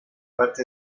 parte